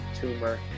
tumor